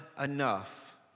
enough